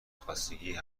خستگی